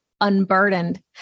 Unburdened